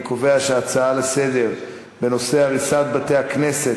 אני קובע שההצעה לסדר-היום בנושא הריסת בית-הכנסת